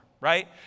right